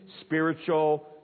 spiritual